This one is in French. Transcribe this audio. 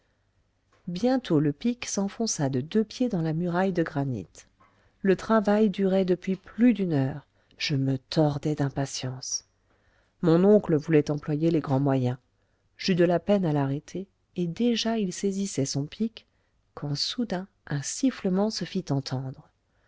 bientôt le pic s'enfonça de deux pieds dans la muraille de granit le travail durait depuis plus d'une heure je me tordais d'impatience mon oncle voulait employer les grands moyens j'eus de la peine à l'arrêter et déjà il saisissait son pic quand soudain un sifflement se fit entendre